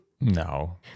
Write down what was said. No